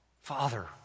Father